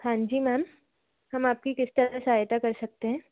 हाँ जी मैम हम आपकी किस तरह सहायता कर सकते हैं